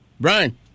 Brian